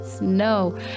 No